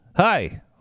Hi